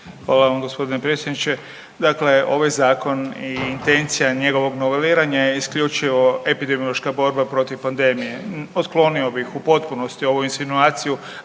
Hvala vam gospodine predsjedniče. Dakle, ovaj zakon i intencija njegovog noveliranja je isključivo epidemiološka borba protiv pandemije. Otklonio bih u potpunosti ovu insinuaciju